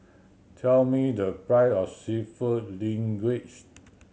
tell me the price of Seafood Linguine